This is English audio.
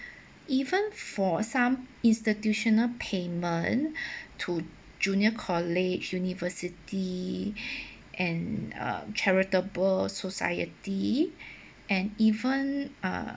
even for some institutional payment to junior college university and a charitable society and even uh